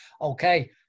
Okay